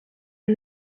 and